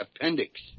appendix